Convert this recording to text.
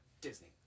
Disney